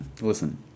Listen